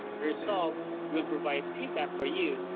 result will provide feedback for you.